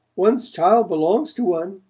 one's child belongs to one,